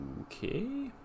okay